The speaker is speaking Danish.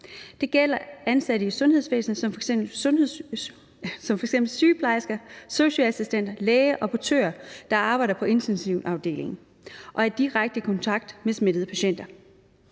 Det gælder ansatte i sundhedsvæsenet som f.eks. sygeplejersker og sosu-assistenter, læger og portører, der arbejder på intensivafdelinger og er i direkte kontakt med smittede patienter.